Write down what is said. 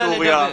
בסוריה,